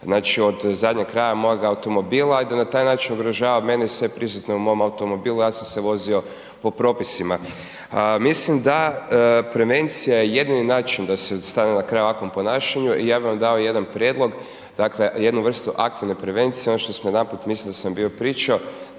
od zadnjeg kraja mojeg automobila i da na taj način ugrožava mene i sve prisutne u mom automobilu a ja sam se vozio po propisima. Mislim da prevencija je jedini način da se stane na kraj ovakvom ponašanju. I ja bih vam dao jedan prijedlog, dakle jednu vrstu aktivne prevencije. Ono što smo jedanput, mislim da sam bio pričao,